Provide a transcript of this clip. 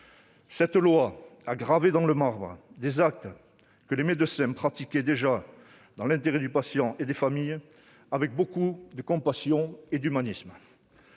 Cette loi a gravé dans le marbre des actes que les médecins pratiquaient déjà dans l'intérêt du patient et des familles, avec beaucoup de compassion et d'humanisme.